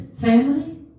family